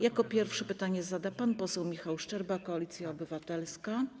Jako pierwszy pytanie zada pan poseł Michał Szczerba, Koalicja Obywatelska.